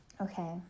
okay